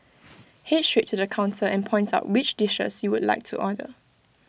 Head straight to the counter and point out which dishes you would like to order